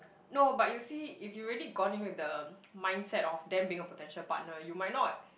no but you see if you really gone into the mindset of them being a potential partner you might not